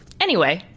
anyway,